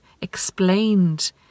explained